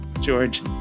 George